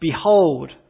Behold